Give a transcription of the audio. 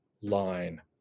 line